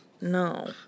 No